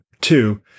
two